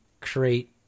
create